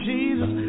Jesus